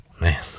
man